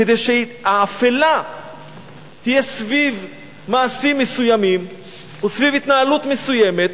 כדי שהאפלה תהיה סביב מעשים מסוימים וסביב התנהלות מסוימת,